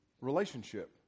relationship